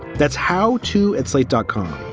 that's how to at slate dot com.